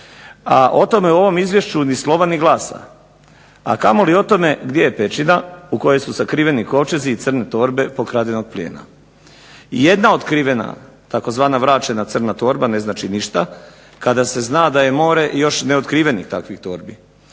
a o tome u ovome izvješću ni slova ni glasa, a kamo li o tome gdje je pećina u kojoj su skriveni kovčezi i crne torbe pokradenog plijena. Jedna otkrivena tzv. vraćena crna torba ne znači ništa kada se zna da je more još takvih neotkrivenih torbi.